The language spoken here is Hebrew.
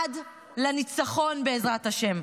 עד לניצחון, בעזרת השם.